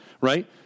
right